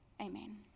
amen